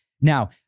Now